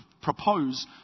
propose